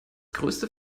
größte